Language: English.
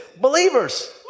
Believers